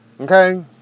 Okay